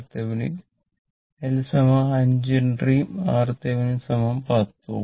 L 5 ഹെൻറിയും RThevenin 10 Ω